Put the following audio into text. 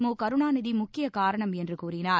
முகருணாநிதி முக்கியக் காரணம் என்று கூறினார்